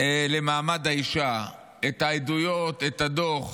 למעמד האישה את העדויות, את הדוח